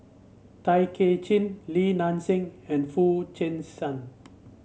Tay Kay Chin Li Nanxing and Foo Chee San